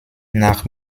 nach